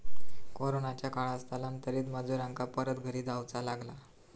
कोरोनाच्या काळात स्थलांतरित मजुरांका परत घरी जाऊचा लागला